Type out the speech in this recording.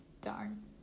Darn